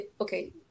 okay